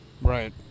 right